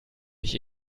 nicht